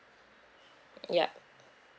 yup